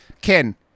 Ken